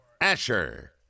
Asher